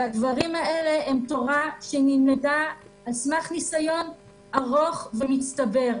והדברים האלה הם תורה שנלמדה על סמך ניסיון ארוך ומצטבר.